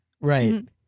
Right